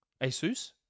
Asus